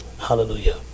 Hallelujah